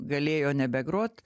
galėjo nebegrot